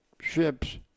ships